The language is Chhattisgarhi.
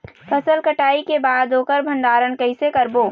फसल कटाई के बाद ओकर भंडारण कइसे करबो?